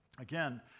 Again